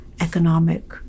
economic